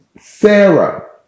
Sarah